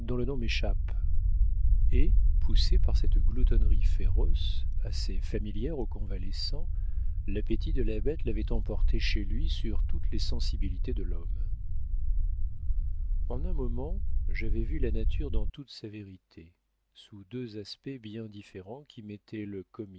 le nom m'échappe et poussé par cette gloutonnerie féroce assez familière aux convalescents l'appétit de la bête l'avait emporté chez lui sur toutes les sensibilités de l'homme en un moment j'avais vu la nature dans toute sa vérité sous deux aspects bien différents qui mettaient le